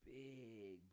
big